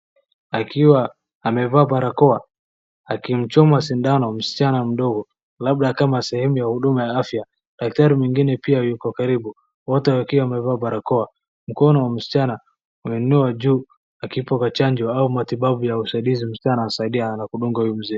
Akiwa amevaa barakoa akimchoma sindano msichana mdogo labda kama sehemu ya huduma ya afya daktari mwingine pia ako karibu wote wakiwa wamevaa barakoa. Mkono wa msichana unainua juu akipata chajo au matibabu ya usaidizi msichana anasaidia na kudunga huyu mzee.